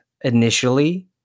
initially